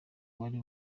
wari